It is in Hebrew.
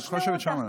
לא ישמעו אותך.